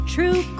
True